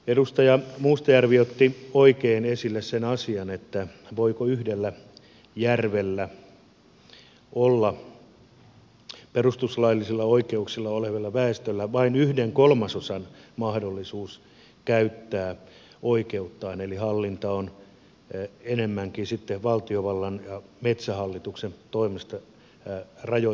edustaja mustajärvi otti oikein esille sen asian voiko yhdellä järvellä olla perustuslaillisilla oikeuksilla olevalla väestöllä vain yhden kolmasosan mahdollisuus käyttää oikeuttaan eli hallintaa enemmänkin sitten valtiovallan ja metsähallituksen toimesta rajoitetaan inarijärvellä